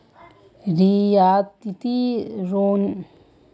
रियायती रिनोत आमतौर पर लंबा छुट अवधी होचे